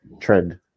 trend